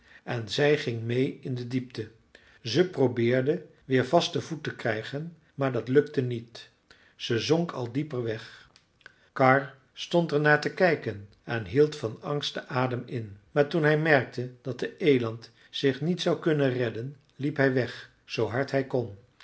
en zij ging meê in de diepte ze probeerde weer vasten voet te krijgen maar dat gelukte niet ze zonk al dieper weg karr stond er naar te kijken en hield van angst den adem in maar toen hij merkte dat de eland zich niet zou kunnen redden liep hij weg zoo hard hij kon